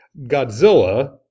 Godzilla